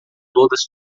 todas